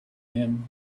him